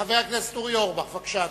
חבר הכנסת אורי אורבך, בבקשה.